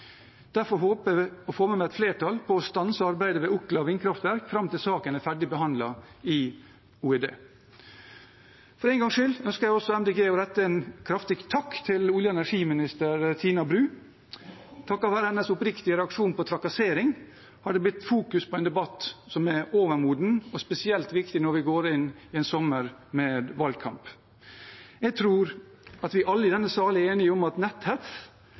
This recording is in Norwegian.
Derfor håper jeg å få med meg et flertall for å stanse arbeidet ved Okla vindkraftverk fram til saken er ferdigbehandlet i OED. For en gangs skyld ønsker Miljøpartiet De Grønne å rette en kraftig takk til olje- og energiminister Tina Bru. Takket være hennes oppriktige reaksjon på trakassering har det blitt fokus på en debatt som er overmoden, og spesielt viktig når vi går inn i en sommer med valgkamp. Jeg tror at vi alle i denne sal er enige om at netthets